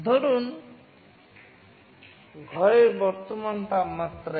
ধরুন ঘরের বর্তমান তাপমাত্রা x